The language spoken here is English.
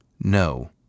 No